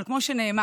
אבל כמו שנאמר,